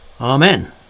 amen